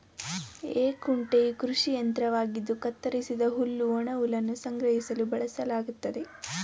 ಹೇ ಕುಂಟೆಯು ಕೃಷಿ ಯಂತ್ರವಾಗಿದ್ದು ಕತ್ತರಿಸಿದ ಹುಲ್ಲು ಒಣಹುಲ್ಲನ್ನು ಸಂಗ್ರಹಿಸಲು ಬಳಸಲಾಗ್ತದೆ